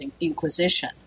Inquisition